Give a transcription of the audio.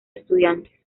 estudiantes